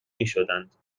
میشدند